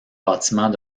bâtiment